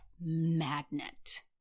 magnet